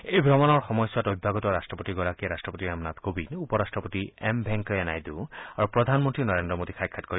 এই ভ্ৰমণৰ সময়ছোৱাত অভ্যাগত ৰাট্টপতিগৰাকীয়ে ৰট্টপতি ৰামনাথ কোবিন্দ উপৰট্টপতি এম ভেংকায়ানাইডু আৰু প্ৰধানমন্তী নৰেন্দ্ৰ মোডীক সাক্ষাৎ কৰিব